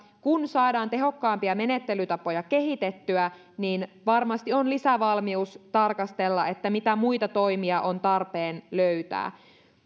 kun saadaan tehokkaampia menettelytapoja kehitettyä niin varmasti on lisävalmius tarkastella mitä muita toimia on tarpeen löytää